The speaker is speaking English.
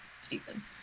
Stephen